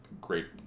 great